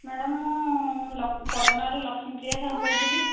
madam ମୁଁ ପଦନାରୁ ଲକ୍ଷ୍ମୀପ୍ରିୟା ସାହୁ କହୁଥିଲି